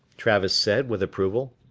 travis said with approval,